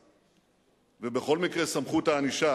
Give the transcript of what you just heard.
בכל מקרה סמכות הענישה